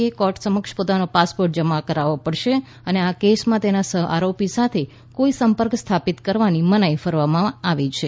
એ court સમક્ષ પોતાનો passport જમા કરાવવો પડશે અને આ કેસમાં તેના સહ આરોપી સાથે કોઈ સંપર્ક સ્થાપિત કરવાની મનાઈ ફરમાવવામાં આવી છે